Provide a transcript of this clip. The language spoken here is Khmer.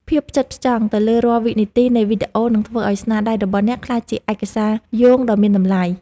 ភាពផ្ចិតផ្ចង់ទៅលើរាល់វិនាទីនៃវីដេអូនឹងធ្វើឱ្យស្នាដៃរបស់អ្នកក្លាយជាឯកសារយោងដ៏មានតម្លៃ។